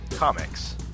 Comics